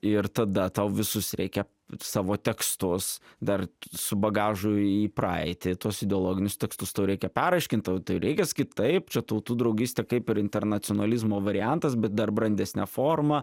ir tada tau visus reikia savo tekstus dar su bagažu į praeitį tuos ideologinius tekstus tau reikia peraškint tau tai reikia sakyt taip čia tautų draugystė kaip ir internacionalizmo variantas bet dar brandesne forma